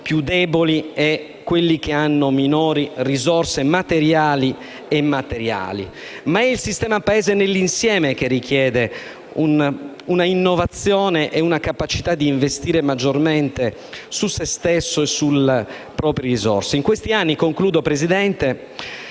più deboli e coloro che hanno minori risorse materiali e immateriali. Ma è il sistema Paese nell'insieme che richiede un'innovazione e una capacità di investire maggiormente su se stesso e sulle proprie risorse. In questi anni si è lavorato